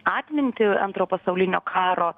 atmintį antro pasaulinio karo